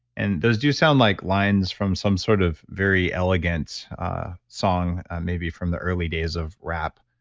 and those do sound like lines from some sort of very elegant song maybe from the early days of rap.